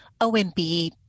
OMB